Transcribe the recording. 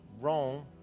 wrong